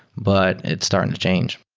but it's starting to change.